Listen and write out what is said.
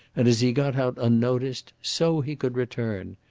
and, as he got out unnoticed, so he could return.